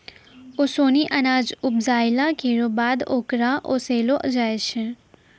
ओसौनी अनाज उपजाइला केरो बाद ओकरा ओसैलो जाय छै